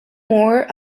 more